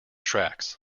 tracks